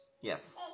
Yes